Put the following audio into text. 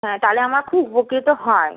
হ্যাঁ তাহলে আমার খুব উপকৃত হয়